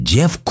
Jeff